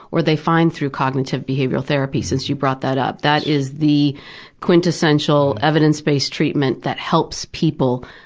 or they find through cognitive behavioral therapy, since you brought that up. that is the quintessential evidence-based treatment that helps people,